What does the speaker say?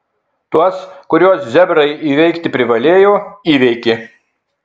tuos kuriuos zebrai įveikti privalėjo įveikė